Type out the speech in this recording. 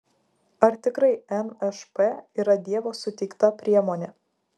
ar tikrai nšp yra dievo suteikta priemonė